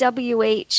WH